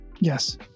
Yes